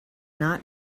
not